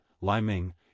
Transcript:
Liming